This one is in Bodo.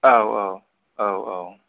औ औ औ औ